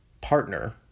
partner